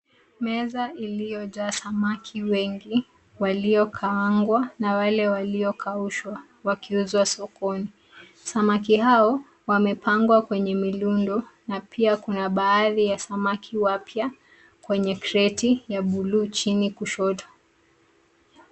Meza iliyojaa samaki wengi .Walio kaangwa na wale walio kaushwa. Wakiuzwa sokoni .Samaki hao wamepangwa kwenye mirundo na pia Kuna baadhi ya samaki wapya kwenye kreti ya buluu, chini kushoto.